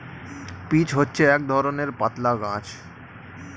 peach হচ্ছে এক ধরণের পাতলা গাছ